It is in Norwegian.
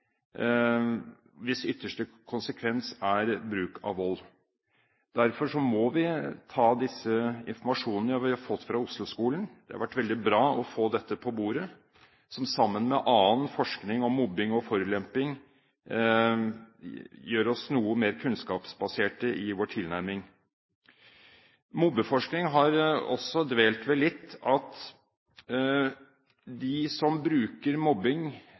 hvis ytterste konsekvens er bruk av vold. Derfor må vi ta til oss denne informasjonen vi har fått fra Oslo-skolen. Det har vært veldig bra å få dette på bordet, som sammen med annen forskning om mobbing og forulempning, gjør oss noe mer kunnskapsbaserte i vår tilnærming. Mobbeforskning har også dvelt litt ved at de som bruker mobbing